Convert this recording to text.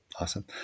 Awesome